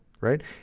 right